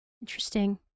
Interesting